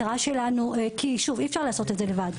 שוב, כי אי אפשר לעשות את זה לבד.